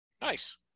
nice